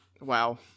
Wow